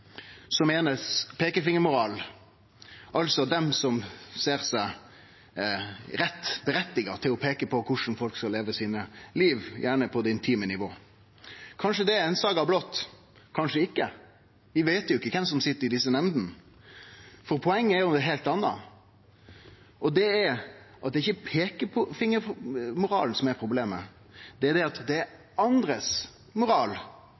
moral meiner peikefingermoral, altså frå dei som meiner dei har rett til å peike på korleis folk skal leve livet sitt, gjerne på det intime nivået. Kanskje det er ein saga blott, kanskje ikkje – vi veit jo ikkje kven som sit i desse nemndene. Men poenget er noko heilt anna. Det er at det ikkje er peikefingermoralen som er problemet, men at det er andre sin moral